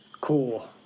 cool